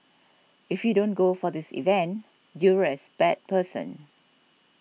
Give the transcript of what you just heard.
if you don't go for this event you're as bad person